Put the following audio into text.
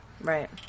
right